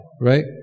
right